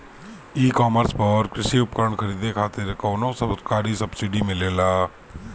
ई कॉमर्स पर कृषी उपकरण खरीदे खातिर कउनो सरकारी सब्सीडी मिलेला?